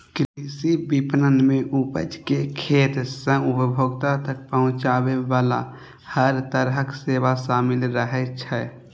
कृषि विपणन मे उपज कें खेत सं उपभोक्ता तक पहुंचाबे बला हर तरहक सेवा शामिल रहै छै